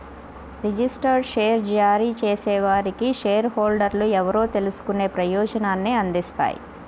registered share జారీ చేసేవారికి share హోల్డర్లు ఎవరో తెలుసుకునే ప్రయోజనాన్ని అందిస్తాయి